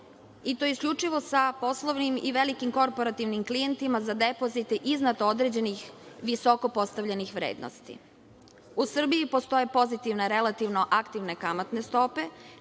i to isključivo sa poslovnim i velikim korporativnim klijentima za depozite iznad određenih visoko postavljenih vrednosti.U Srbiji postoje pozitivne, relativno aktivne kamatne stope,